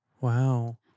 Wow